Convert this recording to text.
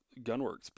gunworks